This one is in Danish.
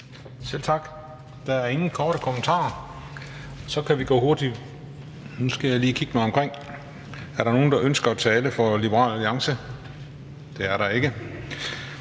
Selv tak. Der er ingen korte bemærkninger. Nu skal jeg lige kigge mig omkring. Er der nogen, der ønsker at tale for Liberal Alliance? Det er der ikke.